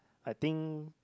I think